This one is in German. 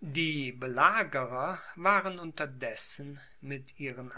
die belagerer waren unterdessen mit ihren